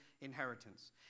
inheritance